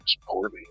poorly